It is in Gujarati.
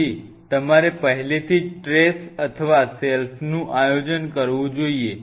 તેથી તમારે પહેલેથી જ ટ્રેસ અથવા સેલ્ફ નું આયોજન કરવું જોઈએ